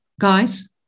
guys